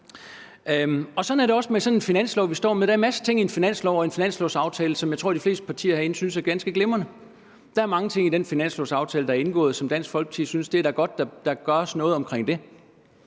Der er en masse ting i en finanslov og i en finanslovaftale, som jeg tror de fleste partier herinde synes er ganske glimrende. Der er mange ting i den finanslovaftale, der er indgået, som Dansk Folkeparti synes er gode, altså at det er godt,